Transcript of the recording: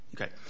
Okay